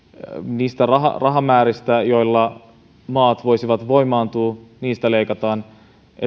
niistä rahamääristä joilla maat voisivat voimaantua leikataan